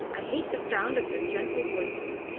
i hate the sound of your gentle voices.